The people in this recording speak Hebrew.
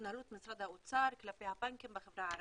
והתנהלות משרד האוצר כלפי הבנקים בחברה הערבית,